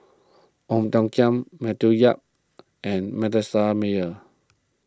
Ong Tiong Khiam Matthew Yap and Manasseh Meyer